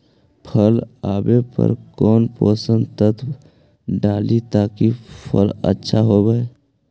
फल आबे पर कौन पोषक तत्ब डाली ताकि फल आछा होबे?